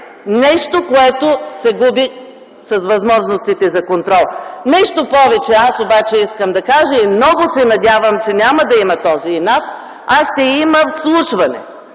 нещо, което се губи с възможностите за контрол. Нещо повече, искам да кажа и много се надявам, че няма да има този инат, а ще има вслушване